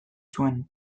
zuen